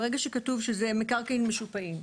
ברגע שכתוב שזה מקרקעין מושפעים,